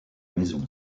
maison